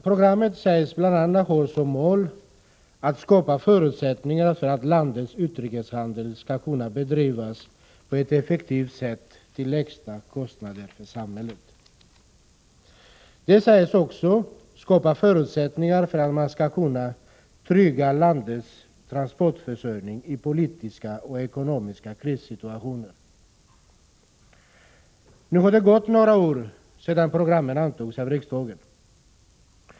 Programmet sägs bl.a. ha som mål att skapa förutsättningar för att landets utrikeshandel skall kunna bedrivas på ett effektivt sätt till lägsta kostnader för samhället. Det sägs också att programmet skall skapa förutsättningar för att man skall kunna trygga landets transportförsörjning i politiska och ekonomiska krissituationer. Nu har det gått några år sedan programmet antogs av riksdagen.